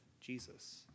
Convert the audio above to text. Jesus